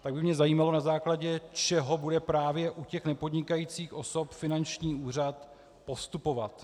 Tak by mě zajímalo, na základě čeho bude právě u těch nepodnikajících osob finanční úřad postupovat.